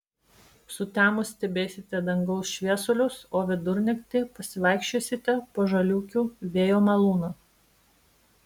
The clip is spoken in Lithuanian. sutemus stebėsite dangaus šviesulius o vidurnaktį pasivaikščiosite po žaliūkių vėjo malūną